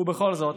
ובכל זאת